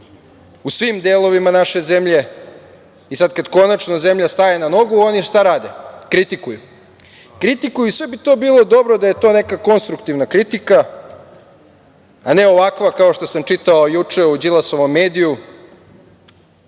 u svim delovima naše zemlje.I sada kada konačno zemlja staje na noge, oni šta rade? Kritikuju. Kritikuju i sve bi to bilo dobro da je to neka konstruktivna kritika, a ne ovakva kao što sam čitao juče u Đilasovom mediju